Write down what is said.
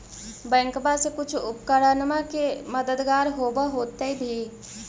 बैंकबा से कुछ उपकरणमा के मददगार होब होतै भी?